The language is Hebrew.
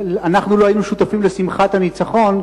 אנחנו לא היינו שותפים לשמחת הניצחון,